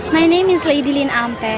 my name is ladyline um